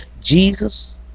Jesus